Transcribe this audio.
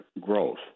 growth